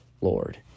Lord